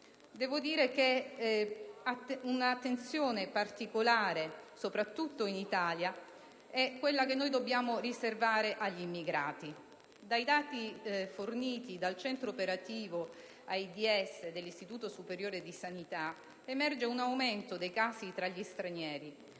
benefici». Un'attenzione particolare, soprattutto in Italia, è da riservare agli immigrati. Dai dati forniti dal centro operativo AIDS dell'Istituto superiore di sanità emerge un aumento dei casi tra gli stranieri